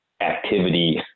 activity